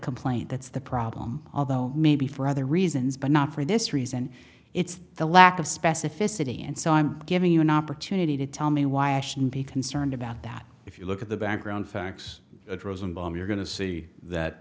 complaint that's the problem although maybe for other reasons but not for this reason it's the lack of specificity and so i'm giving you an opportunity to tell me why i should be concerned about that if you look at the background facts at rosenbaum you're going to see that